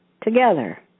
together